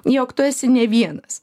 jog tu esi ne vienas